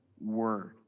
word